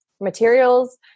materials